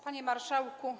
Panie Marszałku!